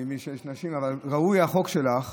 אני מבין שיש, אבל ראוי החוק שלך,